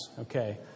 Okay